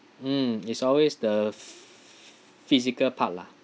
mm it's always the physical part lah